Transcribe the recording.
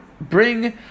bring